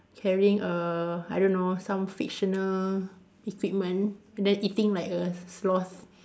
carrying a I don't know some fictional equipment then eating like a slob